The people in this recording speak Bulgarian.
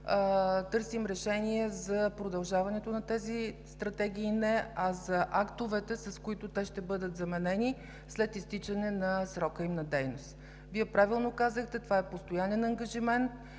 търсим решения за продължаването не на тези стратегии, а за актовете, с които те ще бъдат заменени след изтичане на срока им на дейност. Вие правилно казахте – това е постоянен ангажимент,